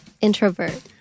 introvert